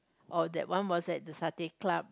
or that one was at the satay club